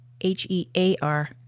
H-E-A-R